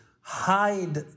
hide